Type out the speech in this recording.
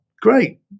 great